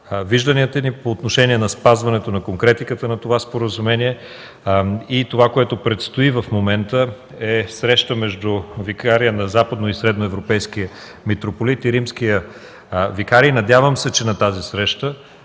вижданията ни по отношение на спазването на конкретиката на това споразумение. Това, което предстои в момента, е среща между викария на Западно и Средноевропейския митрополит и римския викарий. Надявам се, че на тази среща